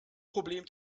problem